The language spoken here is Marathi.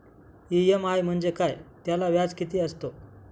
इ.एम.आय म्हणजे काय? त्याला व्याज किती असतो?